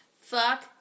Fuck